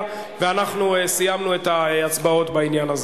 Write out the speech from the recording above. כרמל, אל תעשה את זה, זה לא מכובד.